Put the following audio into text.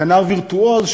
כנר וירטואוז,